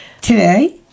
Today